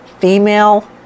female